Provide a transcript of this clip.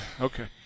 Okay